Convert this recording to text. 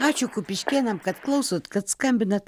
ačiū kupiškėnam kad klausot kad skambinat